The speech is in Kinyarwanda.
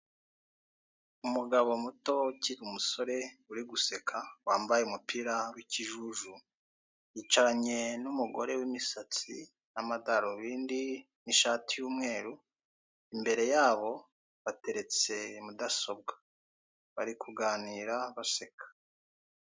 Umugabo muto ukiri umusore uri guseka, wambaye umupira w'ikijuju, yicaranye n'umugore w'imisatsi n'amadarubindi n'ishati y'umweru, imbere yabo hateretse mudasobwa, bari kuganira baseka.